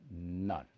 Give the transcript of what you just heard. None